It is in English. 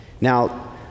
Now